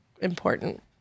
important